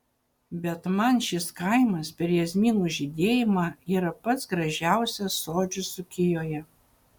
bet man šis kaimas per jazminų žydėjimą yra pats gražiausias sodžius dzūkijoje